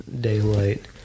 daylight